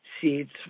seeds